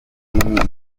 amadini